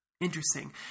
interesting